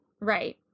Right